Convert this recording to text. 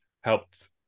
helped